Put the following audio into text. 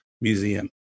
museum